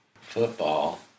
football